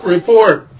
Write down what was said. Report